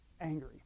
angry